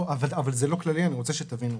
אבל זה לא כללי, אני רוצה שתבינו.